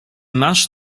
masz